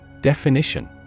Definition